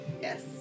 yes